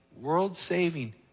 world-saving